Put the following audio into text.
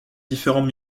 différents